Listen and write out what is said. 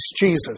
Jesus